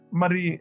Mari